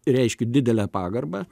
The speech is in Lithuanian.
reiškiu didelę pagarbą